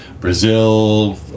Brazil